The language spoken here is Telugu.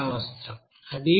అది 20